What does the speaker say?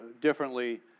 differently